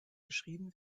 geschrieben